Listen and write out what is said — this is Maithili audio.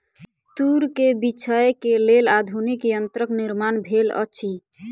तूर के बीछै के लेल आधुनिक यंत्रक निर्माण भेल अछि